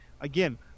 again